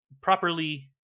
properly